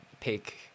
pick